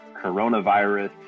coronavirus